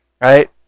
right